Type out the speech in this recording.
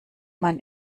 man